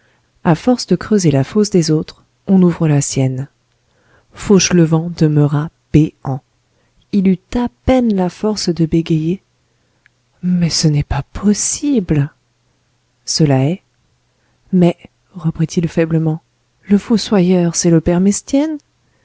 à force de creuser la fosse des autres on ouvre la sienne fauchelevent demeura béant il eut à peine la force de bégayer mais ce n'est pas possible cela est mais reprit-il faiblement le